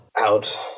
out